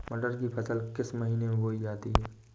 मटर की फसल किस महीने में बोई जाती है?